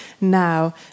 now